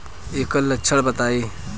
एकर लक्षण बताई?